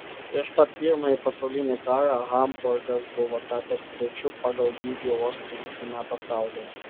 prieš pat pirmąjį pasaulinį karą hamburgas buvo tapęs trečiu pagal dydį uostu visame pasaulyje